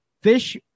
Fish